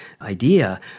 idea